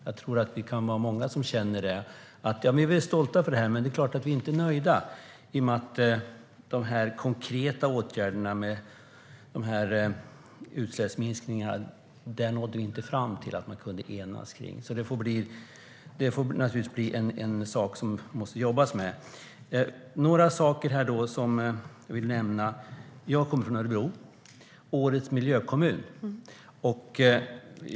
Jag tror att vi kan vara många som känner det. Vi kan vara stolta över detta, men det är klart att vi inte är nöjda, i och med att man inte nådde fram till att enas kring de konkreta åtgärderna för utsläppsminskningar. Det får bli något som man måste jobba med. Jag vill nämna några saker. Jag kommer från Örebro, årets miljökommun.